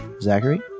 zachary